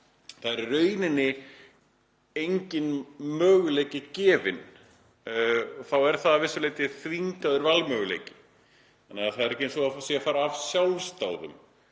Það er í rauninni enginn möguleiki gefinn. Þá er það að vissu leyti þvingaður valmöguleiki þannig að það er ekki eins og það sé að fara af sjálfsdáðum.